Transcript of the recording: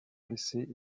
blessées